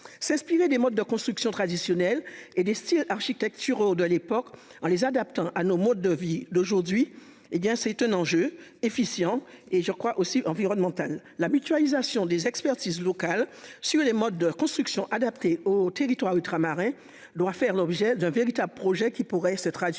s'exprimer des modes de construction traditionnelle et des styles architecturaux de l'époque en les adaptant à nos modes de vie d'aujourd'hui hé bien c'est étonnant je efficient et je crois aussi environnementales. La mutualisation des expertises locales sur les modes de construction adaptées aux territoires ultramarins doit faire l'objet d'un véritable projet qui pourrait se traduire